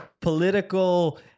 political